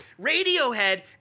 Radiohead